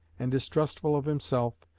and distrustful of himself,